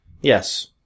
Yes